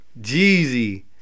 Jeezy